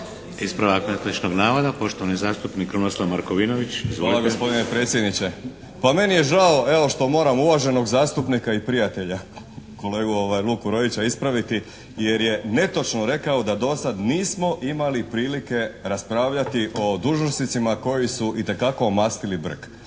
Ispravak netočnog navoda, poštovani zastupnik Krunoslav Markovinović. Izvolite. **Markovinović, Krunoslav (HDZ)** Hvala gospodine predsjedniče. Pa meni je žao evo što moram uvaženog zastupnika i prijatelja, kolegu Luku Roića ispraviti. Jer je ne točno rekao da do sad nismo imali prilike raspravljati o dužnosnicima koji su itekako omastili brk.